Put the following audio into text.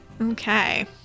Okay